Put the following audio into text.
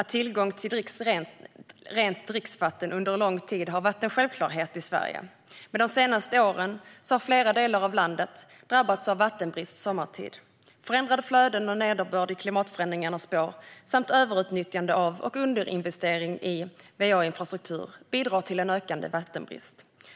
Tillgång till rent dricksvatten har länge varit en självklarhet i Sverige. Men de senaste åren har flera delar av landet drabbats av vattenbrist sommartid. Förändrade flöden och förändrad nederbörd i klimatförändringarnas spår samt överutnyttjande av, och underinvestering i, va-infrastruktur bidrar till en ökande vattenbrist.